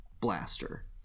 Blaster